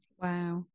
Wow